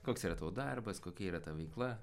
koks yra tavo darbas kokie yra ta veikla